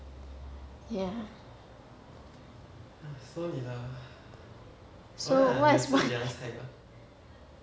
ya so what is what